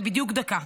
זה בדיוק דקה.